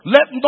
Let